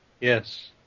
Yes